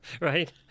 right